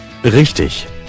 Richtig